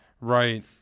right